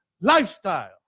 lifestyle